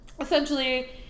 essentially